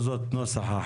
הוא לא יהיה שונה בהרבה.